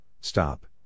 stop